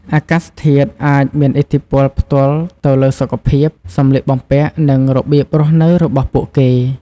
អាកាសធាតុអាចមានឥទ្ធិពលផ្ទាល់ទៅលើសុខភាព សម្លៀកបំពាក់ និងរបៀបរស់នៅរបស់ពួកគេ។